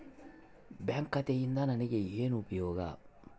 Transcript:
Bank ಖಾತೆಯಿಂದ ನನಗೆ ಏನು ಉಪಯೋಗ?